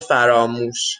فراموش